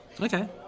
Okay